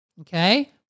okay